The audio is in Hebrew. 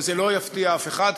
וזה לא יפתיע אף אחד,